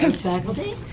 faculty